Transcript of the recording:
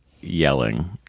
yelling